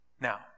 now